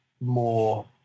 more